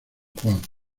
juan